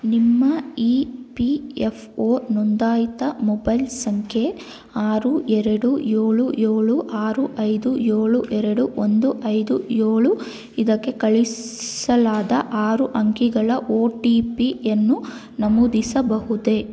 ನಿಮ್ಮ E P F O ನೋಂದಾಯಿತ mobile ಸಂಖ್ಯೆ ಆರು ಎರಡು ಏಳು ಏಳು ಆರು ಐದು ಏಳು ಎರಡು ಒಂದು ಐದು ಏಳು ಇದಕ್ಕೆ ಕಳಿಸಲಾದ ಆರು ಅಂಕಿಗಳ ಒ ಟಿ ಪಿಯನ್ನು ನಮೂದಿಸಬಹುದೇ